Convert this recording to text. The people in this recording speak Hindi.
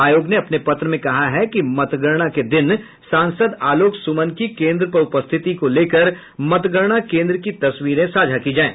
आयोग ने अपने पत्र में कहा है कि मतगणना के दिन सांसद आलोक सुमन की केन्द्र पर उपस्थिति को लेकर मतगणना केन्द्र की तस्वीरें साझा की जाये